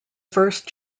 first